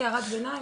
רק הערת ביניים,